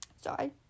Sorry